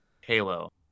halo